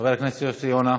חבר הכנסת יוסי יונה,